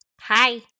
Hi